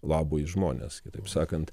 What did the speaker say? labui žmones kitaip sakant